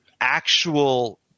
actual –